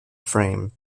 frame